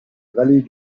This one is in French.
vallée